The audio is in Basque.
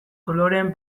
koloreen